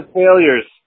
failures